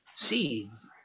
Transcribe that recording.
Seeds